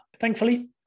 Thankfully